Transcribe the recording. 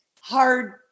hard